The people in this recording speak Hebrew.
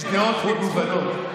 יש דעות מגוונות.